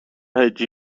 هجی